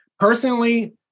Personally